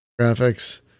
graphics